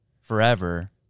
forever